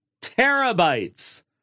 terabytes